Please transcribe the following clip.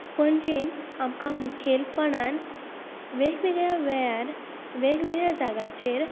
पणजेंत आमकां मुखेलपणान वेग वेगळ्या वेळार वेग वेगळ्या जाग्यांचेर